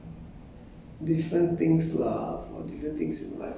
for experience for